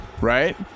right